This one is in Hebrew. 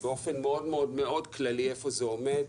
ואציג באופן מאוד כללי איפה זה עומד.